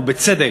ובצדק,